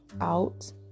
out